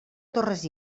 torres